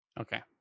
Okay